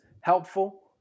helpful